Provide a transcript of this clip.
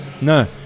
No